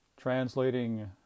Translating